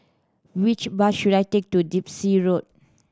which bus should I take to Dempsey Road